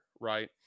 right